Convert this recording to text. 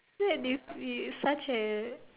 that is is such a